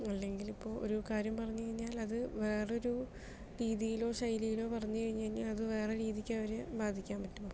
അല്ലെങ്കിൽ ഇപ്പോൾ ഒരു കാര്യം പറഞ്ഞു കഴിഞ്ഞാൽ അത് വേറൊരു രീതിയിലോ ശൈലിയിലോ പറഞ്ഞു കഴിഞ്ഞു കഴിഞ്ഞാൽ അത് വേറെ രീതിക്ക് അവരെ ബാധിക്കാൻ പറ്റും